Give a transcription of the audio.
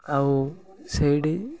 ଆଉ ସେଇଠି